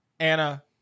Anna